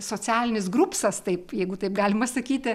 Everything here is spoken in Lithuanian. socialinis grupsas taip jeigu taip galima sakyti